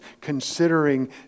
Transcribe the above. considering